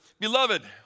Beloved